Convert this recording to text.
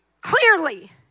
clearly